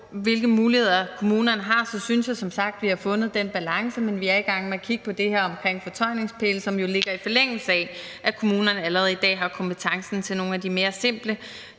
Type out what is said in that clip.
hvilke muligheder kommunerne har, så synes jeg som sagt, vi har fundet den balance, men vi er i gang med at kigge på det her omkring fortøjningspæle, som jo ligger i forlængelse af, at kommunerne allerede i dag har kompetencen til nogle af de mere simple